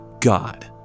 God